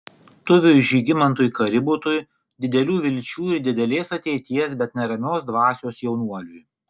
tuviui žygimantui kaributui didelių vilčių ir didelės ateities bet neramios dvasios jaunuoliui